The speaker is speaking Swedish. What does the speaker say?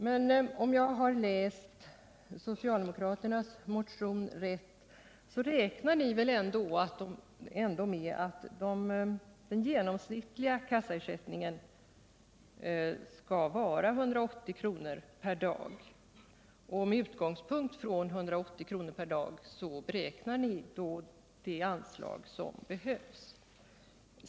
Men om jag har läst socialdemokraternas motion rätt så räknar ni med att den genomsnittliga kassacrsättningen skall vara 180 kr. per dag, och med utgångspunkt i 180 kr. per dag beräknar ni det anslag som behövs.